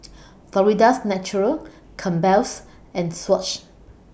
Florida's Natural Campbell's and Swatch